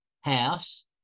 house